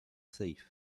thief